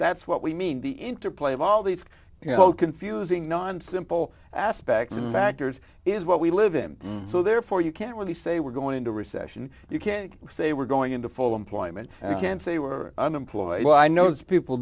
that's what we mean the interplay of all these you know confusing non simple aspects of matters is what we live in so therefore you can't really say we're going into recession you can't say we're going into full employment and can say were unemployed well i know those people